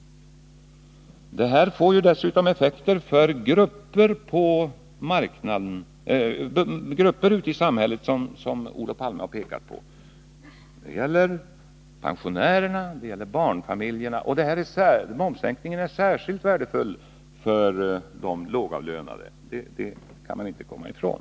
Detta får dessutom effekter för grupper ute i samhället som Olof Palme har pekat på — pensionärerna och barnfamiljerna. Momssänkningen är särskilt värdefull för de lågavlönade. Det kan man inte komma ifrån.